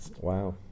Wow